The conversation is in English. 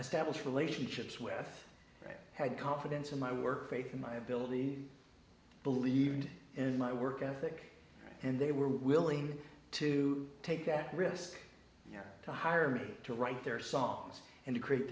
established relationships with had confidence in my work faith in my ability believed in my work ethic and they were willing to take that risk to hire me to write their songs and to create